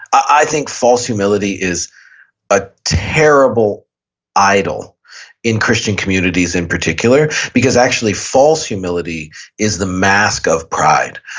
i think false humility is a terrible idol in christian communities in particular because actually false humility is the mask of pride.